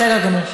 בסדר גמור.